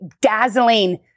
dazzling